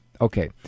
Okay